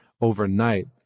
overnight